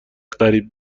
قریب